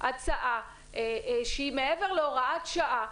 הצעה שהיא מעבר להוראת שעה,